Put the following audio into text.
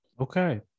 okay